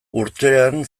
urtean